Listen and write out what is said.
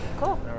Cool